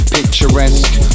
Picturesque